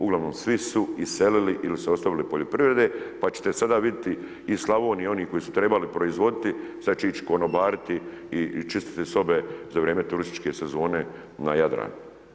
Uglavnom svi su iselili ili su ostavili poljoprivrede, pa ćete sada vidjeti iz Slavoniji, oni koji su trebali proizvoditi, sada će ići konobariti i čistiti sobe za vrijeme turističke sezone na Jadranu.